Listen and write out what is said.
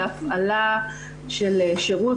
שהיא יכולה בהפעלה של שירות,